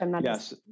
yes